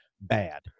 bad